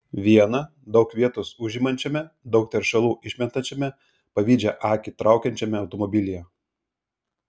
viena daug vietos užimančiame daug teršalų išmetančiame pavydžią akį traukiančiame automobilyje